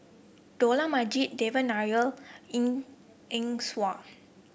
Dollah Majid Devan Nair Eng Eng Hwa